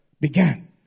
began